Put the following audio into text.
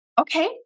okay